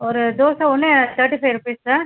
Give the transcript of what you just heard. ஒரு தோசை ஒன்று thirty five rupees sir